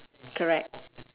correct